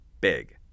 Big